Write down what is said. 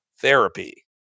therapy